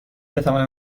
بتوانم